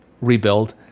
rebuild